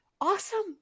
Awesome